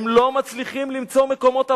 הם לא מצליחים למצוא מקומות עבודה.